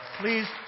please